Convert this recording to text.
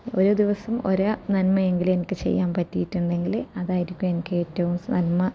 ഒരു ദിവസം ഒരു ആ നന്മ എങ്കിലും എനിക്ക് ചെയ്യാൻ പറ്റിയിട്ടുണ്ടെങ്കിൽ അതായിരിക്കും എനിക്ക് ഏറ്റവും നന്മ